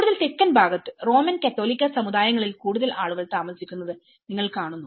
കൂടുതൽ തെക്കൻ ഭാഗത്ത് റോമൻ കത്തോലിക്കാ സമുദായങ്ങളിൽ കൂടുതൽ ആളുകൾ താമസിക്കുന്നത് നിങ്ങൾ കാണുന്നു